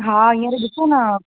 हा हींअर ॾिसो न